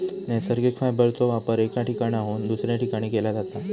नैसर्गिक फायबरचो वापर एका ठिकाणाहून दुसऱ्या ठिकाणी केला जाता